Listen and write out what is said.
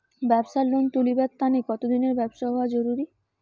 ব্যাবসার লোন তুলিবার তানে কতদিনের ব্যবসা হওয়া জরুরি?